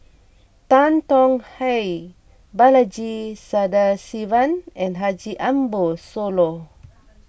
Tan Tong Hye Balaji Sadasivan and Haji Ambo Sooloh